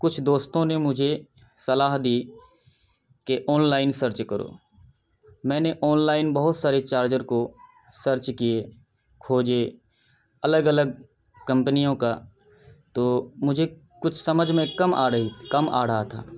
کچھ دوستوں نے مجھے صلاح دی کہ آن لائن سرچ کرو میں نے آن لائن بہت سارے چارجر کو سرچ کیے کھوجے الگ الگ کمپنیوں کا تو مجھے کچھ سمجھ میں کم آ رہی کم آ رہا تھا